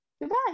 Goodbye